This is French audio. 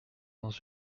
dans